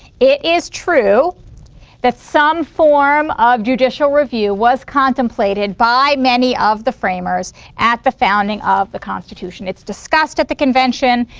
it is true that some form of judicial review was contemplated by many of the framers at the founding of the constitution. it's discussed at the convention.